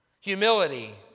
humility